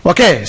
Okay